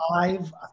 Five